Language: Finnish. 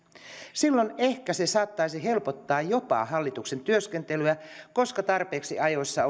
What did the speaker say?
silloin se ehkä saattaisi helpottaa jopa hallituksen työskentelyä koska tarpeeksi ajoissa